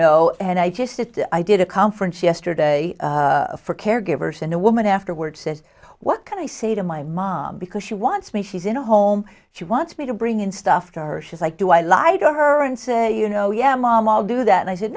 know and i just it i did a conference yesterday for caregivers and the woman afterwards said what can i say to my mom because she wants me she's in a home she wants me to bring in stuff to her she's like do i lie to her and say you know yeah mom i'll do that and i said